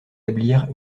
établir